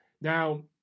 Now